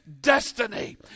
destiny